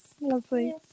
Lovely